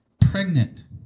pregnant